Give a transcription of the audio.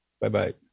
Bye-bye